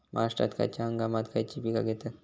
महाराष्ट्रात खयच्या हंगामांत खयची पीका घेतत?